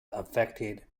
affected